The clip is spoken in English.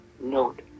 note